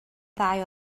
ddau